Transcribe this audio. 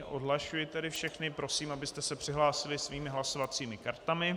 Odhlašuji tedy všechny a prosím, abyste se přihlásili svými hlasovacími kartami.